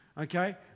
Okay